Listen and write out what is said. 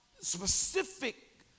specific